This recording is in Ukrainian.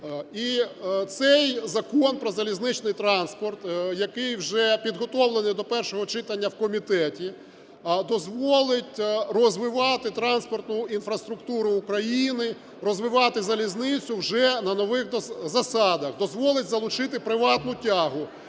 І цей Закон про залізничний транспорт, який вже підготовлений до першого читання в комітеті, дозволить розвивати транспортну інфраструктуру України, розвивати залізницю вже на нових засадах. Дозволить залучити приватну тягу,